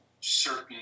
certain